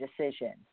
decision